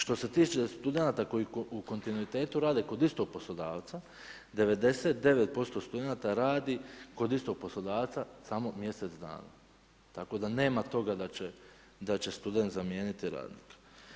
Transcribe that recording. Što se tiče studenata koji u kontinuitetu rade kod istog poslodavca, 99% studenata radi kod istog poslodavca samo mjesec dana, tako da nema toga da će student zamijeniti radnika.